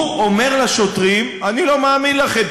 הוא אומר לשוטרים: אני לא מאמין לכם,